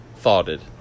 Thoughted